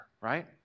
right